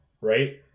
right